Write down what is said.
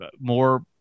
more